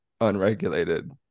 unregulated